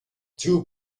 two